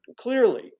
clearly